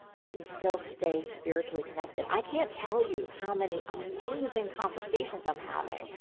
we can still stay spiritually connected. i can't tell you how many amazing conversations i'm having,